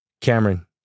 Cameron